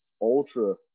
ultra